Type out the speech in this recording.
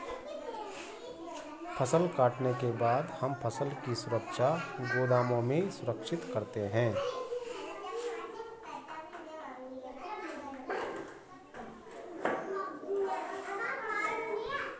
फसल कटाई के बाद भंडारण की सुविधाएं कहाँ कहाँ हैं?